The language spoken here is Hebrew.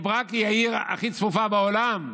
בני ברק היא העיר הכי צפופה בעולם.